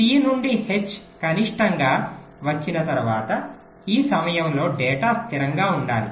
C నుండి H కనిష్టంగా వచ్చిన తరువాత ఈ సమయంలో డేటా స్థిరంగా ఉండాలి